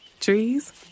Trees